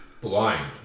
blind